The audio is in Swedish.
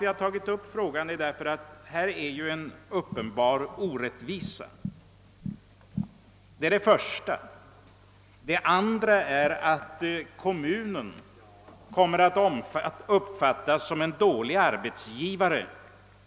Jag har tagit upp frågan för det första därför att det här föreligger en uppenbar orättvisa, för det andra därför att kommunerna kommer att uppfattas som dåliga arbetsgivare.